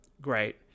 Great